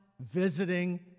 visiting